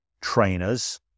trainers